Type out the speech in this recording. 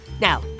Now